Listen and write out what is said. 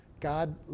God